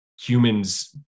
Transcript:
humans